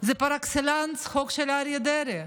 זה פר אקסלנס חוק של אריה דרעי,